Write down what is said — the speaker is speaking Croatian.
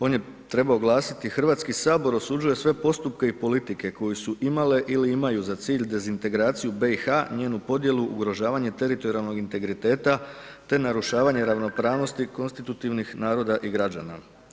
On je trebao glasiti, Hrvatski sabor osuđuje sve postupke i politike koju su imale ili imaju za cilj dezintegraciju BiH, njenu podjelu, ugrožavanje teritorijalnog integriteta te narušavanje ravnopravnosti konstitutivnih naroda i građana.